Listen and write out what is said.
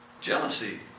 Jealousy